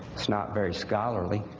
not very scholarly.